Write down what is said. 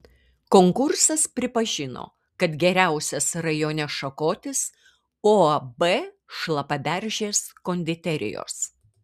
konkursas pripažino kad geriausias rajone šakotis uab šlapaberžės konditerijos